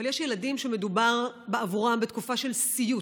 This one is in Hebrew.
אבל יש ילדים שבעבורם מדובר בתקופה של סיוט,